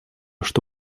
что